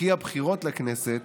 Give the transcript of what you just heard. וכי הבחירות לכנסת